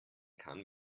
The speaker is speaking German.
kann